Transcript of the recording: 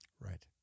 right